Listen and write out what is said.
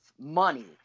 money